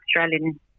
Australian